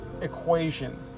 equation